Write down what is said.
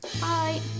Bye